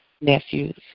nephews